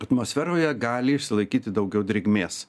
atmosferoje gali išsilaikyti daugiau drėgmės